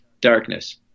Darkness